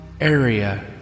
area